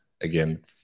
again